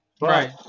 Right